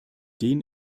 den